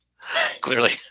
clearly